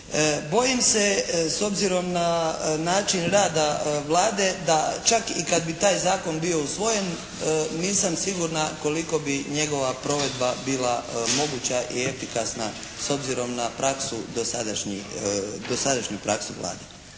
Bojim se s obzirom na način rada Vlada da čak i kad bi taj zakon bio usvojen, nisam sigurna koliko bi njegova provedba bila moguća i efikasna, s obzirom na dosadašnju praksu Vlade.